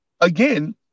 again